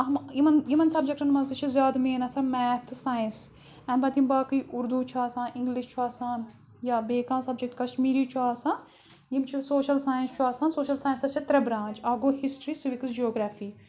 اَہم یِمَن یِمَن سَبجَکٹَن منٛز تہِ چھِ زیادٕ مین آسان میتھ ساینَس اَمہِ پَتہٕ یِم باقٕے اُردو چھُ آسان اِنٛگلِش چھُ آسان یا بیٚیہِ کانٛہہ سَبجَکٹ کَشمیٖری چھُ آسان یِم چھِ سوشَل ساینَس چھُ آسان سوشَل ساینَسَس چھِ ترٛےٚ برانٛچ اَکھ گوٚو ہِسٹرٛی سُوِکٕس جِیوگرٛافی